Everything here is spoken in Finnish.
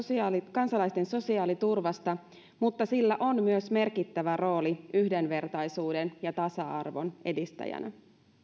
kansalaisten sosiaaliturvasta mutta sillä on myös merkittävä rooli yhdenvertaisuuden ja tasa arvon edistäjänä